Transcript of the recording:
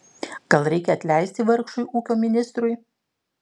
gal reikia atleisti vargšui ūkio ministrui